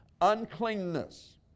uncleanness